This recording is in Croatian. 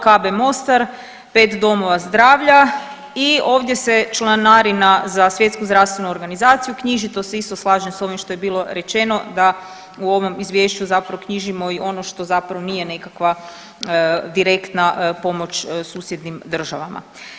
KB Mostar, 5 domova zdravlja i ovdje se članarina za Svjetsku zdravstvenu organizaciju knjiži, to se isto slažem s ovim što je bilo rečeno da u ovom izvješću zapravo knjižimo i ono što zapravo nije nekakva direktna pomoć susjednim državama.